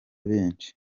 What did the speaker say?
benshi